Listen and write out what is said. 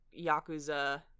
yakuza